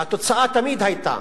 והתוצאה תמיד היתה